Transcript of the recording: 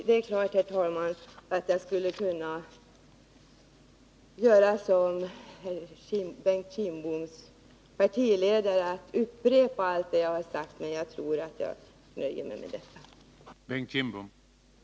Det är klart, herr talman, att jag skulle kunna göra som Bengt Kindboms partiledare och upprepa allt det jag har sagt, men jag tror att jag nöjer mig med att säga det en gång.